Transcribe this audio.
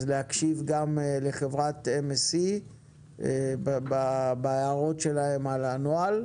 אז להקשיב גם לחברת MSC בהערות שלהם על הנוהל,